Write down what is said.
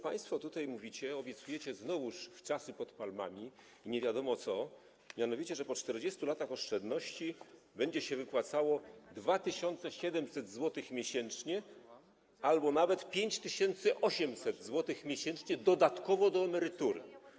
Państwo tutaj znowu obiecujecie wczasy pod palmami, nie wiadomo co, mianowicie że po 40 latach oszczędności będzie się wypłacało 2700 zł miesięcznie albo nawet 5800 zł miesięcznie dodatkowo do emerytury.